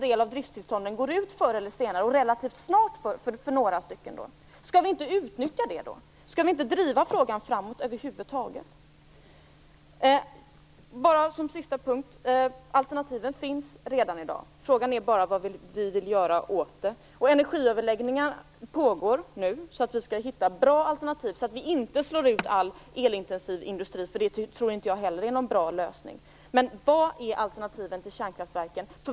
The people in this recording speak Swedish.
Driftstillstånden går ut förr eller senare - några relativt snart. Skall vi inte utnyttja det? Skall vi inte driva frågan framåt över huvud taget? Som sista punkt vill jag ta upp att alternativen redan finns. Frågan är bara vad vi vill göra. Energiöverläggningarna pågår för att vi skall hitta bra alternativ så att vi inte slår ut all elintensiv industri. Det tror inte heller jag är någon bra lösning. Vad är alternativen till kärnkraftverken?